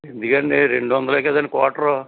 ఎందుకండీ రెండు వందలే కదండీ క్యాటర్